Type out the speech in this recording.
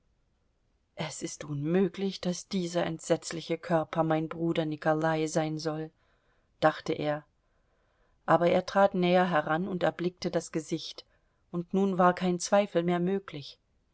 es ist unmöglich daß dieser entsetzliche körper mein bruder nikolai sein soll dachte er aber er trat näher heran und erblickte das gesicht und nun war kein zweifel mehr möglich